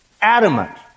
adamant